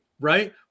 Right